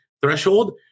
threshold